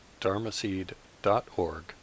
dharmaseed.org